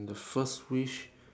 the first wish